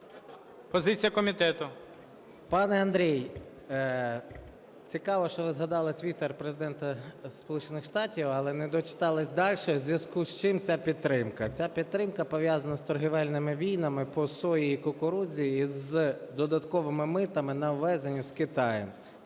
СОЛЬСЬКИЙ М.Т. Пане Андрію, цікаво, що ви згадали Твітер Президента Сполучених Штатів, але не дочитались дальше у зв'язку з чим ця підтримка. Ця підтримка пов'язана з торговельними війнами по сої і кукурудзі з додатковими митами на ввезення з Китаю